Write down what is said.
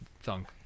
thunk